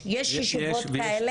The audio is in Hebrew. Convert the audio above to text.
יש ישיבות כאלה?